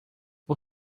vou